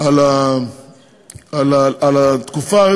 על התקופה,